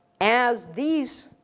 as these,